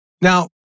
Now